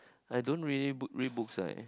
I don't really book read books eh